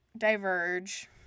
diverge